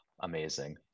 amazing